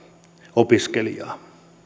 opiskelijaa